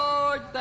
Lord